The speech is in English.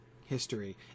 history